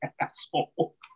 asshole